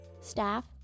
staff